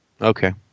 Okay